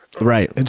Right